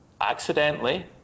accidentally